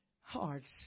hearts